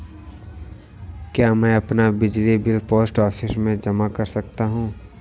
क्या मैं अपना बिजली बिल पोस्ट ऑफिस में जमा कर सकता हूँ?